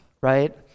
right